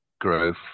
growth